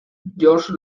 jorge